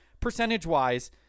percentage-wise